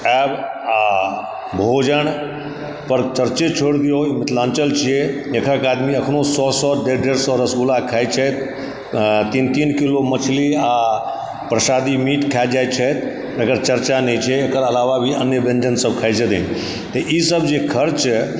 आएब आ भोजन पर चर्चे छोरि दियौ ई मिथिलान्चल छियै एतए के आदमी अखनो सए सए डेढ़ डेढ़ सए रसगुल्ला खाइ छथि तीन तीन किलो मछली आ प्रसादी मीट खाए जाइ छथि एकर चर्चा नहि छै एकर अलावा भी अन्य व्यञ्जन सब खाइ छथिन तऽ ई सब जे खर्च